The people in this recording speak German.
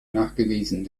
nachgewiesen